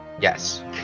yes